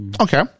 Okay